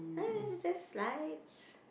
uh it's just slides